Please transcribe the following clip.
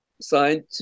signed